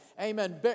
Amen